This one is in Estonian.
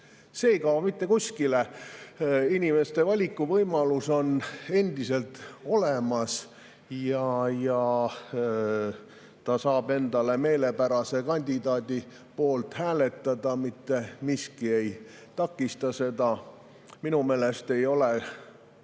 ei kao mitte kuskile. Inimeste valikuvõimalus on endiselt olemas. Ikka saab endale meelepärase kandidaadi poolt hääletada, mitte miski ei takista seda. Minu meelest ei ole